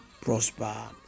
prosper